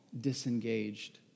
disengaged